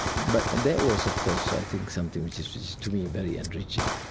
but that was of course i think something which was to me very enriching.